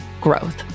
growth